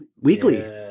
weekly